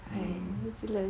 mm